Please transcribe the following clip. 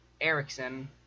Erickson